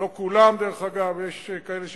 לא כולם, דרך אגב, יש כאלה שמתנגדים,